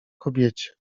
kobiecie